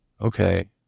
Okay